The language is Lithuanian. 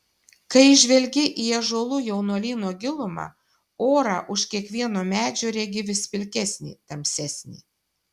kai žvelgi į ąžuolų jaunuolyno gilumą orą už kiekvieno medžio regi vis pilkesnį tamsesnį